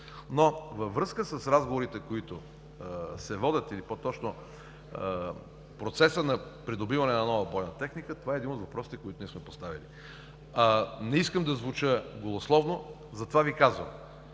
Във връзка с разговорите, които се водят или по-точно процесът на придобиване на нова бойна техника, това е един от въпроси, които ние сме поставили. Не искам да звуча голословно, затова Ви казвам,